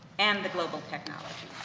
and the global technology.